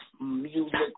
music